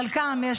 בחלקה יש